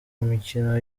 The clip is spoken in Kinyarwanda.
imikino